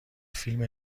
فیلم